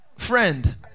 friend